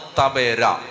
tabera